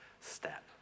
step